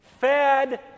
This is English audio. Fed